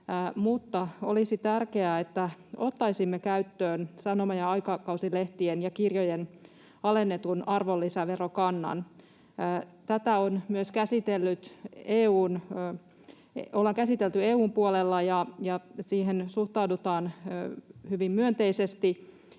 olisi tärkeää, että ottaisimme käyttöön sanoma- ja aikakauslehtien ja kirjojen alennetun arvonlisäverokannan. Tätä ollaan käsitelty myös EU:n puolella, ja siihen suhtaudutaan hyvin myönteisesti.